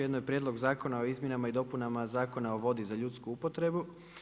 Jedno je Prijedlog zakona o izmjenama i dopunama Zakona o vodi za ljudsku upotrebu.